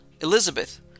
Elizabeth